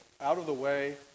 out-of-the-way